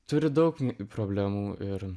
turi daug problemų ir